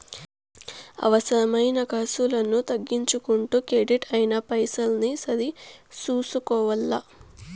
అవసరమైన కర్సులను తగ్గించుకుంటూ కెడిట్ అయిన పైసల్ని సరి సూసుకోవల్ల